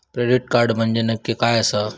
Credit card म्हंजे नक्की काय आसा?